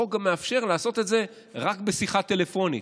החוק גם מאפשר לעשות את זה רק בשיחה טלפונית,